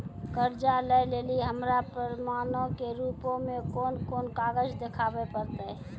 कर्जा लै लेली हमरा प्रमाणो के रूपो मे कोन कोन कागज देखाबै पड़तै?